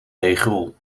deegrol